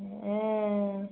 ஆ